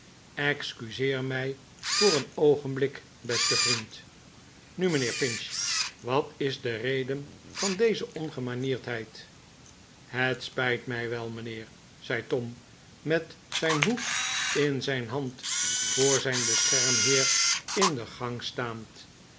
excuseer mij voor een oogenblik beste vriend nu mijnheer pinch wat is de reden van deze ongemanierdheid het spijt mij wel mijnheer zei tom met zijn hoed in zijn hand voor zijn beschermheer in de gang staand